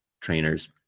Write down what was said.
trainers